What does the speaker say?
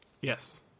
yes